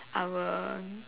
I will